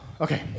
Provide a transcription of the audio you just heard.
Okay